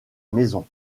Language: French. maison